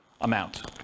amount